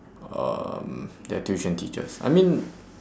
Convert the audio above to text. um their tuition teachers I mean